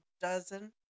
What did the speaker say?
dozen